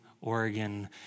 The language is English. Oregon